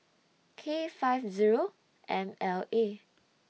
K five Zero M L A